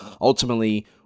ultimately